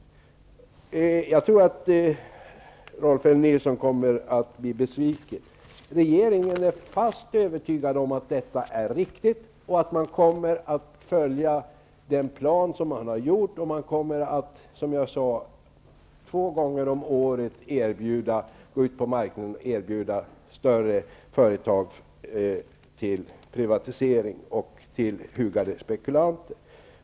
Jag tror att Rolf L Nilson kommer att bli besviken. Regeringen är fast övertygad om att detta är riktigt och att man kommer att följa den plan som man har gjort. Man kommer att två gånger om året gå ut på marknaden och till hugade spekulanter erbjuda större företag till privatisering.